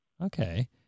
Okay